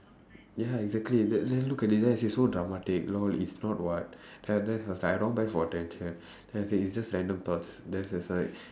ya exactly then then look at this then I say so dramatic LOL it's not [what] then then it's like I don't want beg for attention then I said it's just random thoughts then she was like